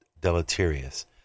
deleterious